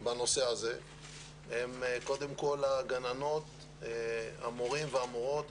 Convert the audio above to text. בנושא הזה הם קודם כל הגננות, המורים והמורות.